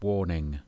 Warning